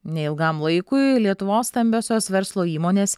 neilgam laikui lietuvos stambiosios verslo įmonės